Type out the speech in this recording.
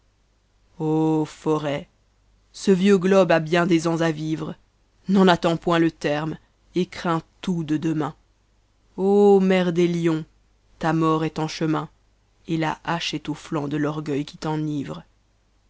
foret ce vieux globe a bien des ans a vivre n'en attends point le terme et cràins tout de demain mer des lions ta mort est en chemin et la hache est au nanc de l'orgueil qui t'enivre